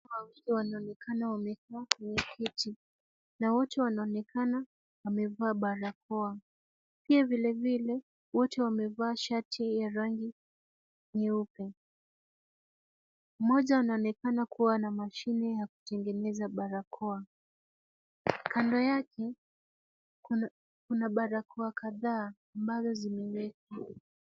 Wawili wanaonekana wamekaa kwenye kiti na wote wanaonekana wamevaa barakoa. Pia vile vile, wote wamevaa shati ya rangi nyeupe. Mmoja anaonekana kuwa na mashine ya kutengeneza barakoa. Kando yake, kuna barakoa kadhaa ambazo zimewekwa.